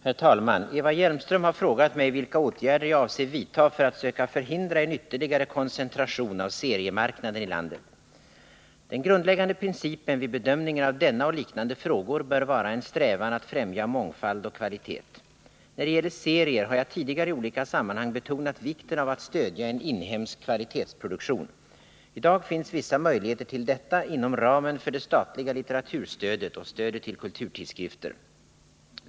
Herr talman! Eva Hjelmström har frågat mig vilka åtgärder jag avser vidta för att söka förhindra en ytterligare koncentration av seriemarknaden i landet. Den grundläggande principen vid bedömningen av denna och liknande frågor bör vara en strävan att främja mångfald och kvalitet. När det gäller serier har jag tidigare i olika sammanhang betonat vikten av att stödja en inhemsk kvalitetsproduktion. I dag finns vissa möjligheter till detta inom ramen för det statliga litteraturstödet och stödet till kulturtidskrifter.